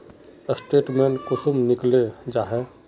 Statement कुंसम निकले जाहा?